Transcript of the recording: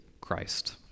Christ